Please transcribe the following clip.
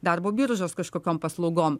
darbo biržos kažkokiom paslaugom